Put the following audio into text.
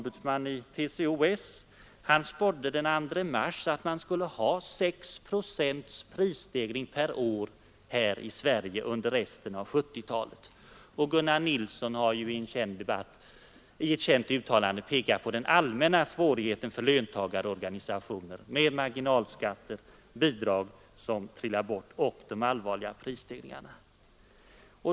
Organisationerna räknar också med en mycket hög prisstegringstakt, herr finansminister. Förste ombudsmannen i TCO-S, herr John Östlund, ansåg i ett uttalande den 2 mars att prisstegringen per år här i Sverige under resten av 1970-talet kommer att bli 6 procent. LO:s blivande ordförande Gunnar Nilsson har i ett välkänt uttalande pekat på den allmänna svårighet för löntagarorganisationerna som uppstår genom nuvarande marginalskatter som urholkar löneökningarna, bidrag som trappas av och de allvarliga prisstegringarna.